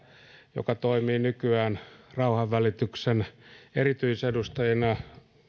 joka toimii nykyään rauhanvälityksen erityisedustajana